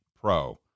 pro